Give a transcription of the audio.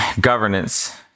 governance